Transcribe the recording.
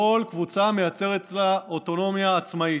כל קבוצה מייצרת אצלה אוטונומיה עצמאית.